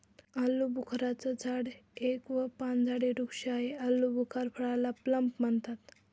आलूबुखारा चं झाड एक व पानझडी वृक्ष आहे, आलुबुखार फळाला प्लम पण म्हणतात